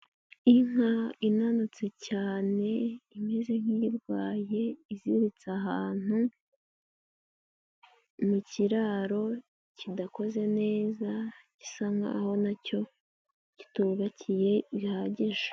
Inka inanutse cyane, imeze nk'irwaye, iziritse ahantu mu kiraro kidakoze neza gisa nkaho nacyo kitubakiye bihagije.